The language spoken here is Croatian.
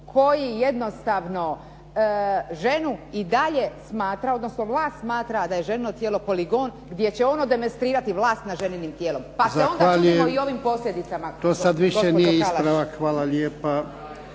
koji jednostavno ženu i dalje smatra, odnosno vlast smatra da je ženino tijelo poligon gdje će ono demonstrirati vlast nad ženinim tijelom, pa se onda čudimo i ovim posljedicama gospođo Kalaš.